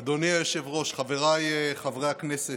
אדוני היושב-ראש, חבריי חברי הכנסת,